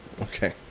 Okay